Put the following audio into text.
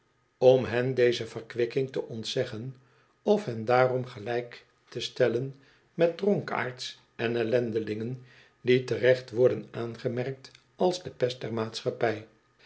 om hen deze verkwikking te ontzeggen of hen daarom gelijk te stellen met dronkaards en ellendelingen die terecht worden aangemerkt als de pest der maatschappij